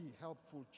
helpful